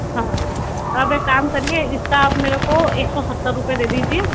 हाँ तो आप एक काम करिए इसका आप मेरे को एक सौ सत्तर रूपए दे दीजिए